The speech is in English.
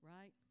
Right